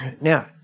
Now